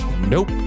Nope